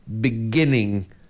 beginning